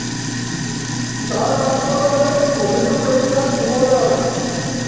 ষ্টাৰবাক্ছৰ বাবে অভিযোগ ৱেবচাইট ওপৰলৈ অনা